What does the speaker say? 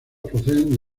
proceden